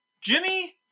Jimmy